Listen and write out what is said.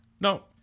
No